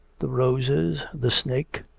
the roses, the snake,